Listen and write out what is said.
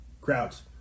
crowds